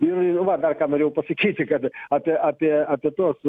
ir va dar ką norėjau pasakyti kad apie apie apie tuos